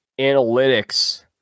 analytics